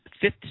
fifth